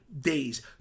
days